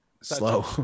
slow